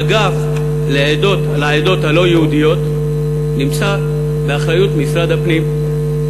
והאגף לעדות הלא-יהודיות נמצא באחריות משרד הפנים.